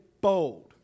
bold